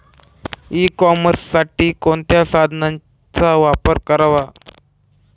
E कॉमर्ससाठी कोणत्या साधनांचा वापर करावा?